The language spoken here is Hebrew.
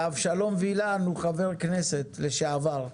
אבשלום וילן הוא חבר כנסת לשעבר,